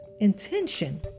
intention